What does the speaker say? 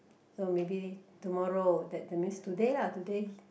so maybe tomorrow that that means today lah today